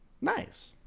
Nice